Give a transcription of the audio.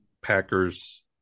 Packers